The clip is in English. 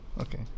okay